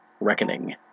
Reckoning